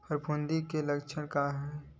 फफूंद के का लक्षण हे?